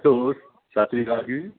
sauce ਸਤਿ ਸ਼੍ਰੀ ਅਕਾਲ ਜੀ